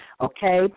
okay